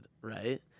right